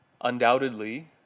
undoubtedly